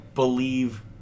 believe